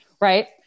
Right